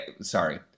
sorry